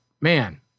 man